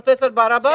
פרופ' ברבש.